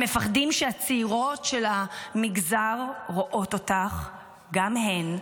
הם מפחדים שהצעירות של המגזר רואות אותך גם הן,